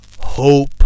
hope